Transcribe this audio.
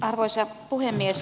arvoisa puhemies